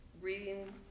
reading